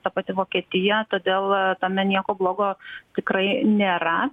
ta pati vokietija todėl tame nieko blogo tikrai nėra